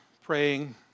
praying